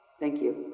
thank you.